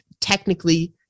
technically